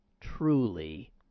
truly